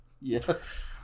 Yes